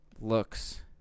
looks